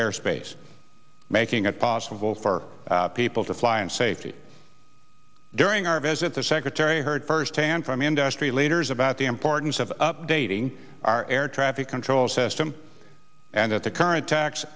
airspace making it possible for people to fly in safety during our visit the secretary heard firsthand from industry leaders about the importance of updating our air traffic control system and at the current tax